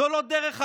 זו לא דרך האלימות,